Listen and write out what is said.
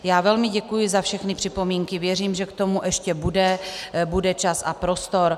Já velmi děkuji za všechny připomínky, věřím, že k tomu ještě bude čas a prostor.